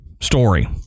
story